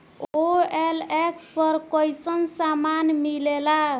OLX पर कइसन सामान मीलेला?